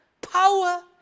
Power